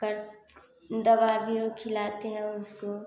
कर दवा भी खिलाते हैं उसको